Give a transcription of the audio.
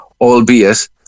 Albeit